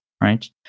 right